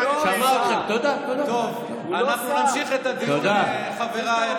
אנחנו נמשיך את הדיון, חבריי.